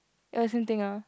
uh same thing ah